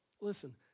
Listen